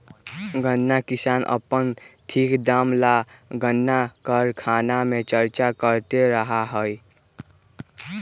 गन्ना किसान अपन ठीक दाम ला गन्ना कारखाना से चर्चा करते रहा हई